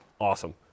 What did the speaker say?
Awesome